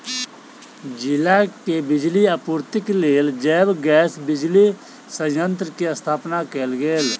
जिला के बिजली आपूर्तिक लेल जैव गैस बिजली संयंत्र के स्थापना कयल गेल